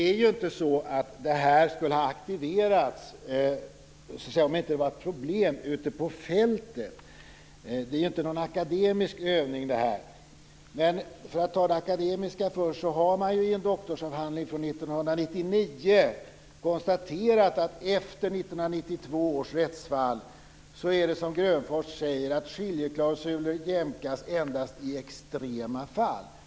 Fru talman! Detta skulle inte ha aktiverats om det inte var problem ute på fältet. Det här är ju inte någon akademisk övning. Men för att ta det akademiska först vill jag säga att man i en doktorsavhandling från 1999 har konstaterat att efter 1992 års rättsfall jämkas skiljeklausuler endast i extrema fall, precis som Grönfors säger.